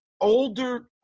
older